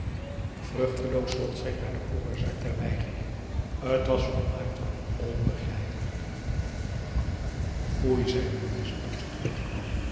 vruchteloos zocht zij naar de oorzaak der weigering t was volmaakt onbegrijpelijk foei zei louise toen ze terugkwam